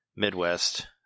midwest